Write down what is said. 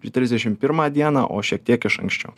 ir trisdešim pirmą dieną o šiek tiek iš anksčiau